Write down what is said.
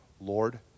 Lord